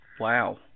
Wow